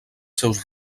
seus